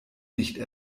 nicht